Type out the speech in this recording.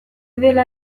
dela